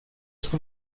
ska